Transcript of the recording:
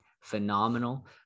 phenomenal